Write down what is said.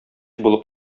булып